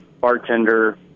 bartender